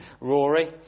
Rory